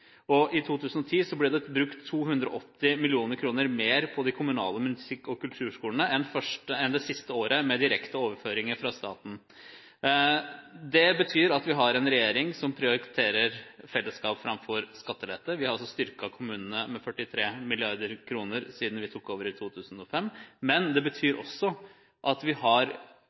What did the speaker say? kommuneøkonomi. I 2010 ble det brukt 280 mill. kr mer på de kommunale musikk- og kulturskolene enn det siste året med direkte overføringer fra staten. Det betyr at vi har en regjering som prioriterer fellesskap framfor skattelette. Vi har altså styrket kommunene med 43 mrd. kr siden vi tok over i 2005, men det betyr også at vi har